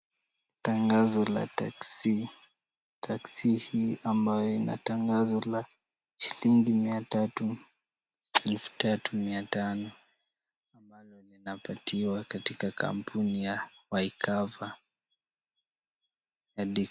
Tangazo la taksi. Taksi hii ambayo ina tangazo la shilingi miatatu, elfu tatu mia tano ambalo na inapatiwa katika kampuni ya YKAVA.